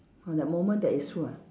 orh that moment that is true ah